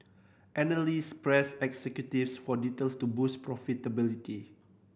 analysts pressed executives for details to boost profitability